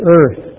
earth